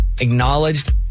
acknowledged